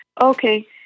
okay